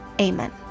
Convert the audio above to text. Amen